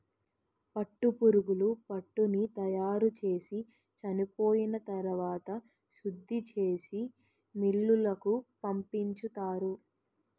పట్టుపురుగులు పట్టుని తయారుచేసి చెనిపోయిన తరవాత శుద్ధిచేసి మిల్లులకు పంపించుతారు